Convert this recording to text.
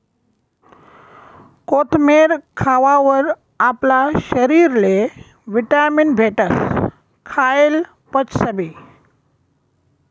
कोथमेर खावावर आपला शरीरले व्हिटॅमीन भेटस, खायेल पचसबी